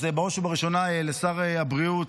אז בראש ובראשונה, לשר הבריאות,